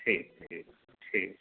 ठीक ठीक ठीक